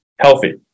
healthy